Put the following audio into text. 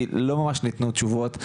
כי לא ממש ניתנו תשובות,